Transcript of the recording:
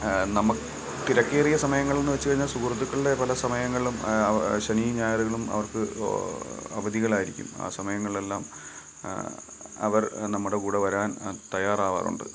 നമുക്ക് തിരക്കേറിയ സമയങ്ങളെന്ന് വച്ച് കഴിഞ്ഞാൽ സുഹൃത്തുക്കളുടെ പല സമയങ്ങളും ശനിയും ഞായറുകളും അവർക്ക് അവധികളായിരിക്കും ആ സമയങ്ങളിലെല്ലാം അവർ നമ്മുടെ കൂടെ വരാൻ തയ്യാറാവാറുണ്ട്